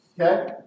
Okay